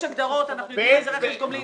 יש הגדרות, אנחנו יודעים מה זה רכש גומלין.